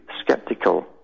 skeptical